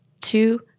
two